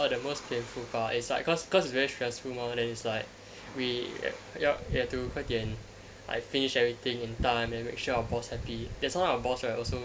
orh the most painful part it's like cause cause it's very stressful mah and then it's like we 要 we had to 快点 like finish everything in time and make sure our boss happy that's why our boss right also